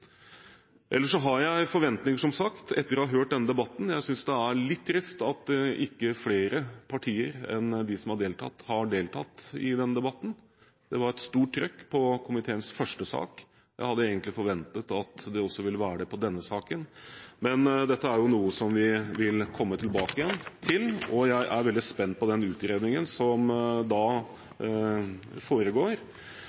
Ellers har jeg forventninger, som sagt, etter å ha hørt denne debatten. Jeg synes det er litt trist at ikke flere partier enn de som har deltatt, har deltatt i denne debatten. Det var et stort trøkk på komiteens første sak. Jeg hadde egentlig forventet at det også ville være det på denne saken. Men dette er noe vi vil komme tilbake til, og jeg er veldig spent på den utredningen som